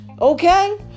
Okay